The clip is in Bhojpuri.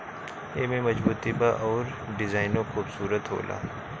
एमे मजबूती बा अउर डिजाइनो खुबसूरत होला